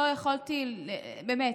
לא יכולתי, באמת.